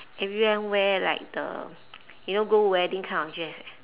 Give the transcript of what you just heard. everyone wear like the you know go wedding kind of dress eh